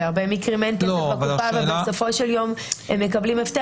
בהרבה מקרים אין כסף בקופה ובסופו של יום הם מקבלים הפטר.